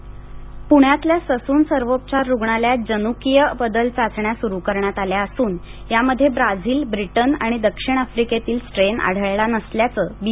Sassoon Pune पुण्यातल्या Sassoon सर्वोपचार रुग्णालयात जनुकीय बदल चाचण्या सुरू करण्यात आल्या असून यामध्ये ब्राझील ब्रिटन आणि दक्षिण आफ्रिकेतील स्ट्रेन यात आढळला नसल्याचं बी